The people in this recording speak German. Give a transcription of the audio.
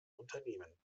unternehmen